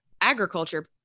agriculture